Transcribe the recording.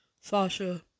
Sasha